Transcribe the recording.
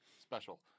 special